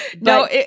No